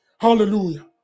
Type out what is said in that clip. Hallelujah